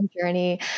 journey